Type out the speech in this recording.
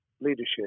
leadership